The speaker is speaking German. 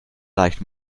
leicht